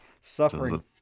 Suffering